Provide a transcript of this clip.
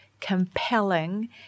compelling